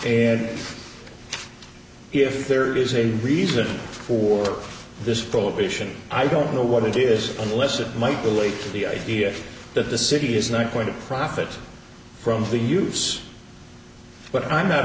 and if there is a reason for this prohibition i don't know what it is unless it might relate to the idea that the city is not going to profit from the use but i'm not